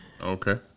Okay